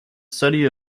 study